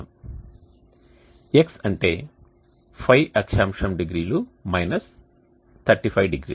x అంటే φ అక్షాంశం డిగ్రీలు మైనస్ 35 డిగ్రీలు